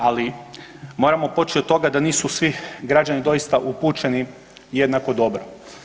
Ali moramo poći od toga da nisu svi građani doista upućeni jednako dobro.